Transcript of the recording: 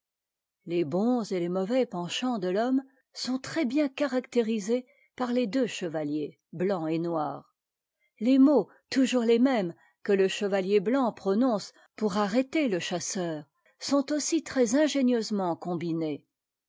les bons et les mauvais penchants de l'homine sont très-bien caractérisés par les deux chevaliers blanc et noir les mots toujours les mêmes que le chevalier blanc prononce pour arrêter te chasseur sont aussi très ingénieusement combinés